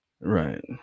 Right